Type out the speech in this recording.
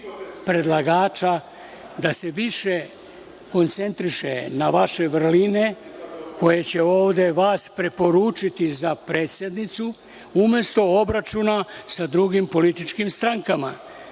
predlagača da se više koncentriše na vaše vrline koje će ovde vas preporučiti za predsednicu, umesto obračuna sa drugim političkim strankama.